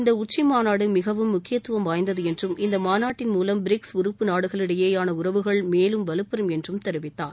இந்த உச்சிமாநாடு மிகவும் முக்கியத்துவம் வாய்ந்தது என்றும் இந்த மாநாட்டின் மூலம் பிரிக்ஸ் உறுப்பு நாடுகளிடையேயான உறவுகள் மேலும் வலுப்பெறும் என்றும் தெரிவித்தார்